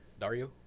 Dario